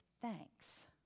thanks